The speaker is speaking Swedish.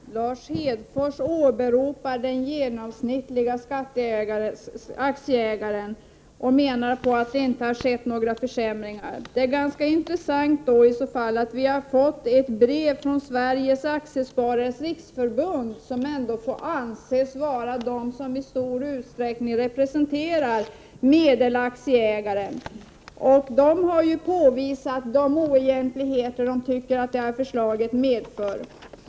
Herr talman! Lars Hedfors åberopar den genomsnittlige aktieägaren och menar att det inte har skett några försämringar. Det är i så fall ganska intressant att vi har fått ett brev från Sveriges Aktiesparares Riksförbund, som ändå får anses i stor utsträckning representera medelaktieägaren. Sveriges Aktiesparares Riksförbund har påvisat de oegentligheter man tycker att detta förslag medför.